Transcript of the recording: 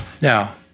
Now